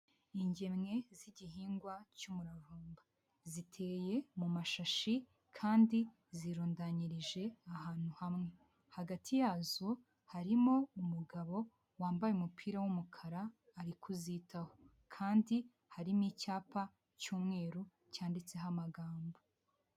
Ingemwe z'igihingwa cy'umuravumba, ziteye mu mashashi kandi zirundanyirije ahantu hamwe, hagati yazo harimo umugabo wambaye umupira w'umukara ari kuzitaho, kandi harimo icyapa cy'umweru cyanditseho amagambo.